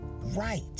right